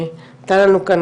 הייתה לנו כאן,